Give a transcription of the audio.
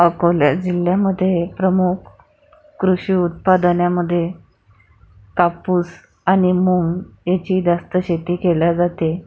अकोला जिल्ह्यामध्ये प्रमुख कृषी उत्पादनामध्ये कापूस आणि मुग याची जास्त शेती केली जाते